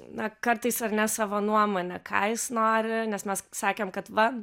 na kartais ar ne savo nuomonę ką jis nori nes mes sakėm kad va